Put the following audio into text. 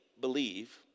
believe